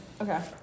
Okay